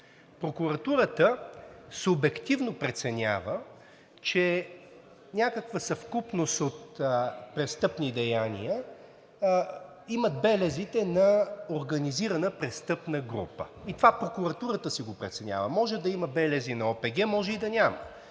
Прокуратурата субективно преценява, че някаква съвкупност от престъпни деяния имат белезите на организирана престъпна група. Това прокуратурата си го преценява. Може да има белези на ОПГ, може и да няма.